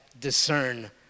discern